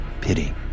Pity